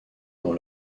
dans